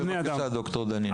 כן, בבקשה, ד"ר דנינו.